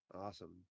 Awesome